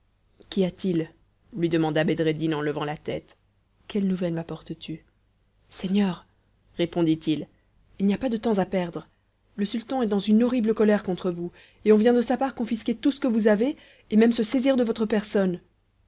qu'y a-til lui demanda bedreddin en levant la tête quelle nouvelle mapportes tu seigneur répondit-il il n'y a pas de temps à perdre le sultan est dans une horrible colère contre vous et on vient de sa part confisquer tout ce que vous avez et même se saisir de votre personne